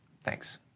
Thanks